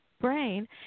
brain